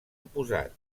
oposat